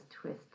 twist